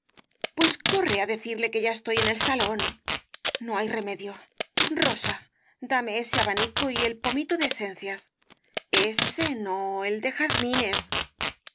pues corre á decirle que ya estoy en ei salón no hay remedio rosa dame ese abanico y el pomito de esencias ése no el de jazmines